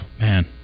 Man